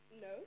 No